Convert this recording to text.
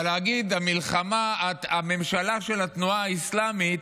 אבל להגיד: הממשלה של התנועה האסלאמית,